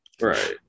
right